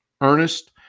Ernest